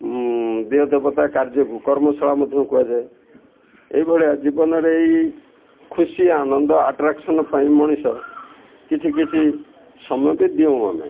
ଦିଅଁ ଦେବତା କାର୍ଯ୍ୟକୁ କର୍ମଶାଳା ମଧ୍ୟ କୁହାଯାଏ ଏଇଭଳିଆ ଜୀବନରେ ଏଇ ଖୁସି ଆନନ୍ଦ ଆଟ୍ରାକ୍ସନ୍ ପାଇଁ ମଣିଷ କିଛି କିଛି ସମୟ ବି ଦେଉ ଆମେ